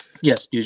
yes